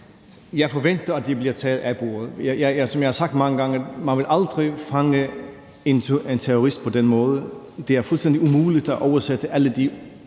Jeg forventer, det bliver taget af bordet. Som jeg har sagt mange gange: Man vil aldrig fange en terrorist på den måde. Det er fuldstændig umuligt at oversætte alle de